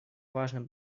важным